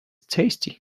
tasty